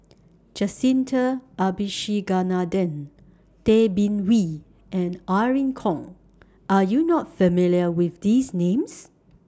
Jacintha Abisheganaden Tay Bin Wee and Irene Khong Are YOU not familiar with These Names